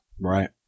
Right